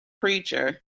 preacher